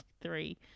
three